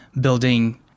building